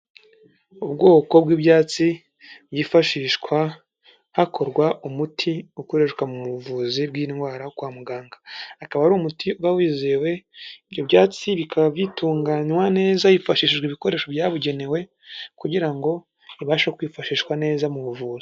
Ubwoko bw'ibyatsi byifashishwa hakorwa umuti ukoreshwa mu buvuzi bw'indwara kwa muganga. Akaba ari umuti uba wizewe ibyo byatsi bikaba bitunganywa neza hifashijwe ibikoresho byabugenewe kugira ngo bibashe kwifashishwa neza mu buvuzi.